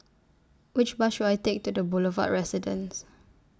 Which Bus should I Take to The Boulevard Residence